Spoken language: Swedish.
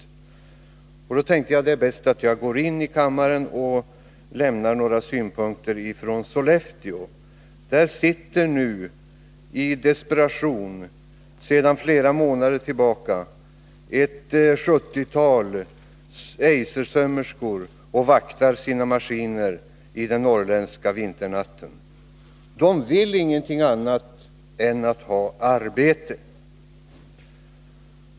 Då tänkte jag att det är bäst att jag går in i kammaren och lämnar några synpunkter från Sollefteå. Där sitter nu i desperation sedan flera månader tillbaka ett sjuttiotal Eisersömmerskor och vaktar sina maskiner i den norrländska vinternatten. De vill ingenting annat än att ha arbete.